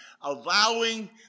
allowing